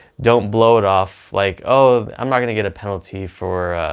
don't blow it off like oh i'm not going to get a penalty for,